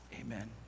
Amen